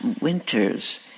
winter's